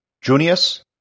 Junius